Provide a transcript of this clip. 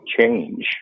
change